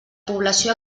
població